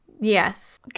Yes